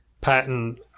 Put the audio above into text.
patent